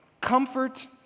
comfort